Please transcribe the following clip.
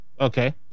Okay